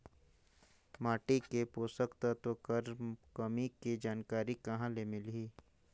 माटी मे पोषक तत्व कर कमी के जानकारी कहां ले मिलही?